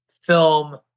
film